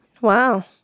Wow